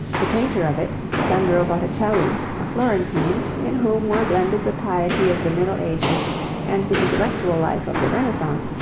the painter of it, sandro botticelli, a florentine, in whom were blended the piety of the middle ages and the intellectual life of the renaissance,